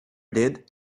did